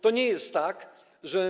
To nie jest tak, że.